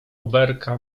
oberka